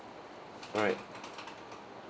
alright